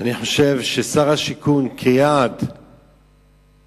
אני חושב ששר השיכון הציב לעצמו, כיעד לאומי,